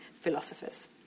philosophers